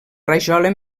rajola